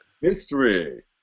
History